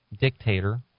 dictator